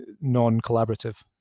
non-collaborative